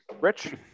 rich